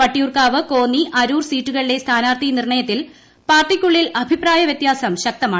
വട്ടിയൂർക്കാവ് കോന്നി അരൂർ സീറ്റുകളിലെ സ്ഥാനാർത്ഥി നിർണ്ണയത്തിൽ പാർട്ടിക്കുള്ളിലെ അഭിപ്രായ വൃത്യാസം ശക്തമാണ്